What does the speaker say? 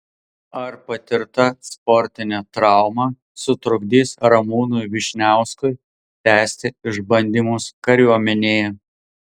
ar patirta sportinė trauma sutrukdys ramūnui vyšniauskui tęsti išbandymus kariuomenėje